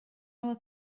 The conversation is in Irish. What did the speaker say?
bhfuil